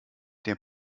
der